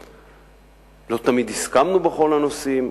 לא תמיד הסכמנו בכל הנושאים,